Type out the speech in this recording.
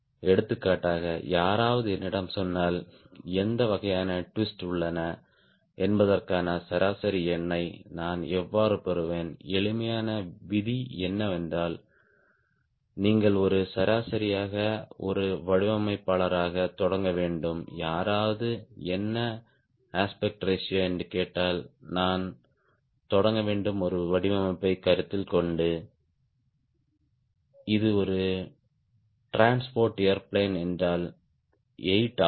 எடுத்துக்காட்டாக யாராவது என்னிடம் சொன்னால் எந்த வகையான ட்விஸ்ட் உள்ளன என்பதற்கான சராசரி எண்ணை நான் எவ்வாறு பெறுவேன் எளிமையான விதி என்னவென்றால் நீங்கள் ஒரு சராசரியாக ஒரு வடிவமைப்பாளராகத் தொடங்க வேண்டும் யாராவது என்ன அஸ்பெக்ட் ரேஷியோ என்று கேட்டால் நான் தொடங்க வேண்டும் ஒரு வடிவமைப்பைக் கருத்தில் கொண்டு இது ஒரு டிரான்ஸ்போர்ட் ஏர்பிளேன் என்றால் 8 ஆகும்